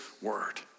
word